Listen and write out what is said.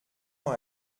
dans